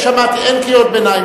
שמעתי, אין קריאות ביניים.